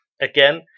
again